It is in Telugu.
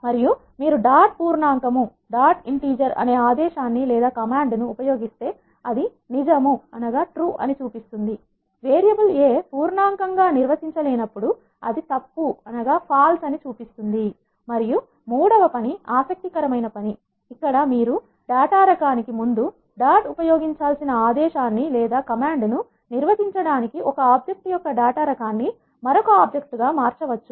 మరియు మీరు డాట్ పూర్ణాంకం అనే ఆదేశాన్ని ఉపయోగిస్తే అది నిజం అని చూపిస్తుంది వేరియబుల్ a పూర్ణాంకం గా నిర్వచించ లే నప్పుడు అది తప్పు అని చూపిస్తుంది మరియు మూడవ పని ఆసక్తికరమైన పని ఇక్కడ మీరు డేటా రకానికి ముందు డాట్ ఉపయోగించాల్సిన ఆదేశాన్ని నిర్వచించడానికి ఒక ఆబ్జెక్ట్ యొక్క డేటా రకాన్ని మరొక ఆబ్జెక్ట్ గా మార్చవచ్చు